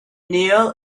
kneel